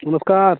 नमस्कार